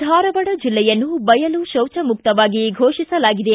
ಧಾರವಾಡ ಜಲ್ಲೆಯನ್ನು ಬಯಲು ಶೌಚ ಮುಕ್ತವಾಗಿ ಘೋಷಿಸಲಾಗಿದೆ